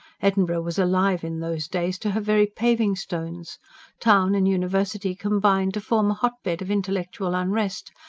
edinburgh was alive in those days to her very paving-stones town and university combined to form a hotbed of intellectual unrest,